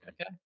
okay